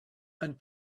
and